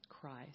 Christ